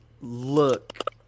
look